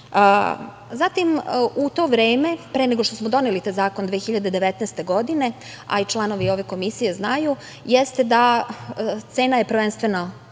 u to vreme, pre nego što smo doneli taj zakon, 2019. godine, a i članovi ove komisije znaju, jeste da cena je prvenstveno